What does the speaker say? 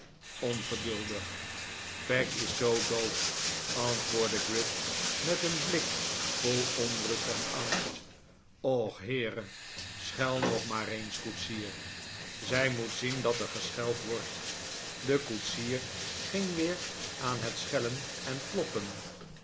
ongeduldig peg is zoo doof antwoordde gride met een blik vol onrust en angst och heere schel nog maar eens koetsier zij moet zien dat er gescheld wordt de koetsier gin'g weer a n het schellen en kloppen